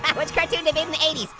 which cartoon debuted in the eighty s?